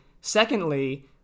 secondly